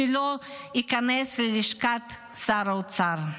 שלא ייכנס ללשכת שר האוצר.